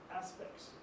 aspects